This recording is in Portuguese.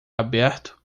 aberto